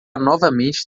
novamente